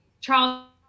Charles